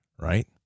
right